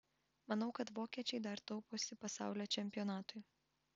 manau kad vokiečiai dar tauposi pasaulio čempionatui